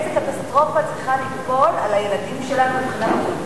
איזה קטסטרופה צריכה ליפול על הילדים שלנו מבחינה בריאותית